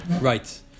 Right